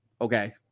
okay